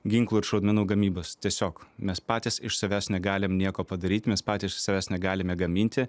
ginklų ir šaudmenų gamybos tiesiog mes patys iš savęs negalim nieko padaryt mes patys iš savęs negalime gaminti